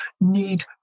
need